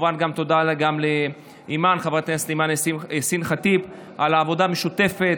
כמובן תודה גם לחברת הכנסת אימאן ח'טיב יאסין על העבודה המשותפת.